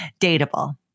Dateable